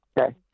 Okay